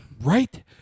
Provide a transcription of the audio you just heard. Right